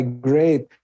great